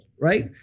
right